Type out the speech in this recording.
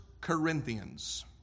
Corinthians